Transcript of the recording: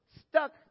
stuck